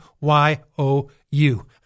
Y-O-U